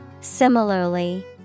Similarly